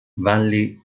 valley